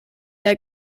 der